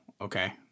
Okay